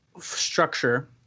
structure